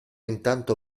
intanto